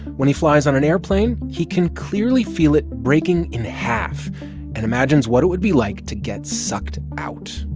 when he flies on an airplane, he can clearly feel it breaking in half and imagines what it would be like to get sucked out.